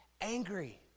angry